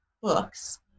books